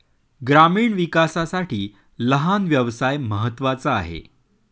ग्रामीण विकासासाठी लहान व्यवसाय महत्त्वाचा आहे